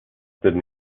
did